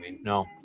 No